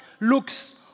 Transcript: looks